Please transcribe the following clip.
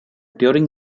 during